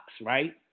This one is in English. right